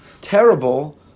terrible